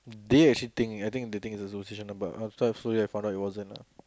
they actually think I think they think it's a superstition lah but after I slowly I found out it wasn't lah